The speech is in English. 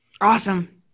Awesome